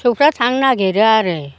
फिसौफ्रा थांनो नागिरो आरो